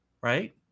right